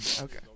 Okay